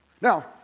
now